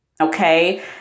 okay